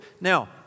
Now